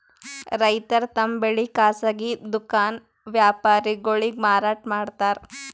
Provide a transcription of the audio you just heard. ರೈತರ್ ತಮ್ ಬೆಳಿ ಖಾಸಗಿ ದುಖಾನ್ ವ್ಯಾಪಾರಿಗೊಳಿಗ್ ಮಾರಾಟ್ ಮಾಡ್ತಾರ್